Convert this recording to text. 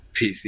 PC